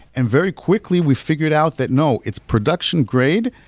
and very quickly, we figured out that no, it's production-grade.